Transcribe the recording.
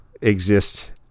exists